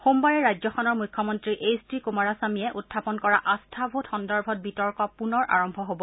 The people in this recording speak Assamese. সোমবাৰে ৰাজ্যখনৰ মুখ্যমন্ত্ৰী এইচ ডি কুমাৰস্বামীয়ে উখাপন কৰা আস্থা ভোট সন্দৰ্ভত বিতৰ্ক পুনৰ আৰম্ভ হ'ব